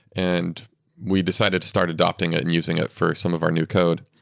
and we decided to start adopting it and using it for some of our new code.